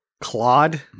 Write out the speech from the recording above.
Claude